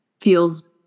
feels